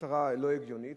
מטרה לא הגיונית,